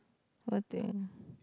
what thing